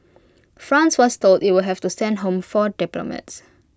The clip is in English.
France was told IT would have to send home four diplomats